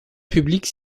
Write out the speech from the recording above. publique